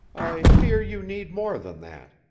i fear you need more than that.